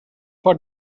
for